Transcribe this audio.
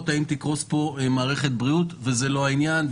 האם תקרוס פה מערכת הבריאות וזה לא העניין.